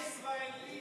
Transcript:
הישראלי.